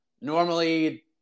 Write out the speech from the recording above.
normally